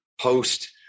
post